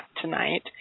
tonight